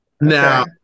Now